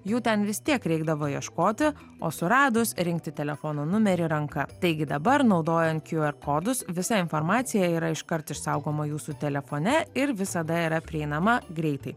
jų ten vis tiek reikdavo ieškoti o suradus rinkti telefono numerį ranka taigi dabar naudojant kjų er kodus visa informacija yra iškart išsaugoma jūsų telefone ir visada yra prieinama greitai